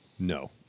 No